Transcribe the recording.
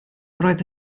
roedd